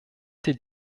die